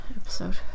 episode